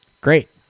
Great